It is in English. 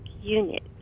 unit